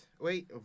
Wait